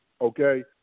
okay